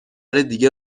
دیگه